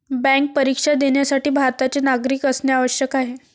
bank परीक्षा देण्यासाठी भारताचे नागरिक असणे आवश्यक आहे